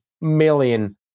million